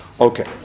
Okay